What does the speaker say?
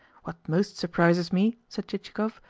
what most surprises me, said chichikov,